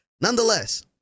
Nonetheless